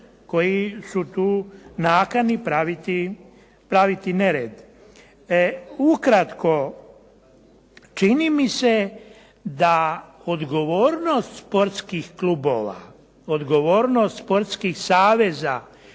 koji su tu u nakani praviti nered. Ukratko, čini mi se da odgovornost sportskih klubova, odgovornost sportskih saveza,